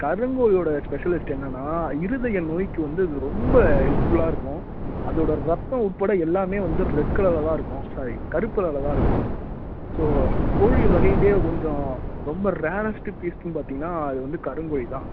கருங்கோழியோடய specialist என்னென்னா இருதய நோய்க்கு வந்து அது ரொம்ப ஹெல்ப்ஃபுல்லாக இருக்கும் அதோடய ரத்தம் உட்பட எல்லாமே வந்து ரெட் கலரில் தான் இருக்கும் சாரி கருப்பு கலரில் தான் இருக்கும் ஸோ கோழி வகையிலேயே கொஞ்சம் ரொம்ப ரேரஸ்ட்டு பீஸ்ஸுனு பார்த்திங்கன்னா அது வந்து கருங்கோழி தான்